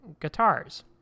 guitars